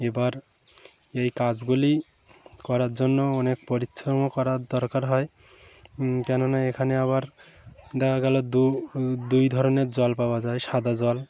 এবার এই কাজগুলি করার জন্য অনেক পরিশ্রমও করার দরকার হয় কেননা এখানে আবার দেখা গেল দু দুই ধরনের জল পাওয়া যায় সাদা জল